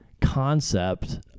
concept